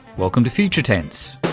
welcome to future tense.